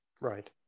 right